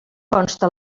consta